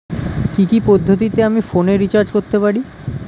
কি কি পদ্ধতিতে আমি ফোনে রিচার্জ করতে পারি?